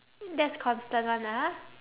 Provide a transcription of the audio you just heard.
that's constant one ah